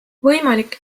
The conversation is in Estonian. võimalik